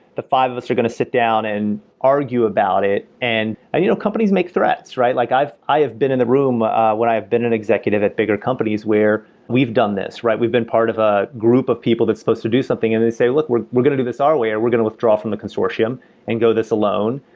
the five of us are going to sit down and argue about it. and you know companies make threats, right? like i have been in the room when i've been an executive at bigger companies where we've done this, right? we've been part of a group of people that's supposed to do something and they say, look, we're we're going to do this our way, or we're going to withdraw from the consortium and go this alone.